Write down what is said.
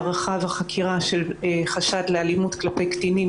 הערכה וחקירה של חשד לאלימות כלפי קטינים,